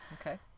okay